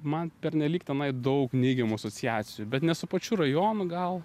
man pernelyg tenai daug neigiamų asociacijų bet ne su pačiu rajonu gal